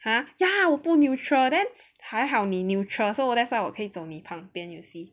!huh! ya 我不 neutral then 还好你 neutral so that's why 我可以走在你旁边 you see